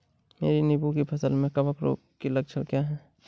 मेरी नींबू की फसल में कवक रोग के लक्षण क्या है?